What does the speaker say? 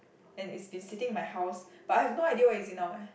and it's been sitting in my house but I have no idea where is it now eh